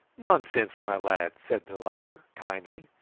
nonsense, my lad! said the latter kindly.